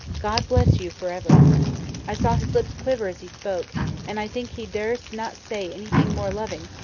god bless you for ever i saw his lips quiver as he spoke and i think he durst not say anything more loving,